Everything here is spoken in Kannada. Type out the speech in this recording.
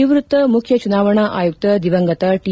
ನಿವೃಕ್ತ ಮುಖ್ಯ ಚುನಾವಣಾ ಅಯುಕ್ತ ದಿವಂಗತ ಟಿ